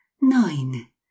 nine